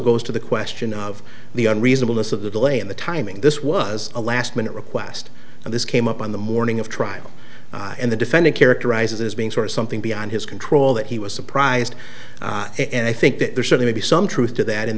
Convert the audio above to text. goes to the question of the unreasonable miss of the delay in the timing this was a last minute request and this came up on the morning of trial and the defendant characterizes beings or something beyond his control that he was surprised and i think that there should be some truth to that in